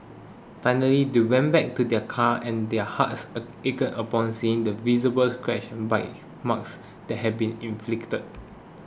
finally they went back to their car and their hearts ached upon seeing the visible scratches and bite marks that had been inflicted